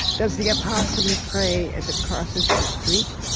does the opossum pray as it crosses the street?